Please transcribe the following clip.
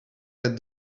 that